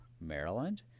Maryland